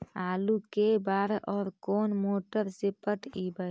आलू के बार और कोन मोटर से पटइबै?